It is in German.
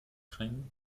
keinen